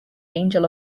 angel